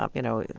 um you know.